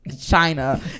China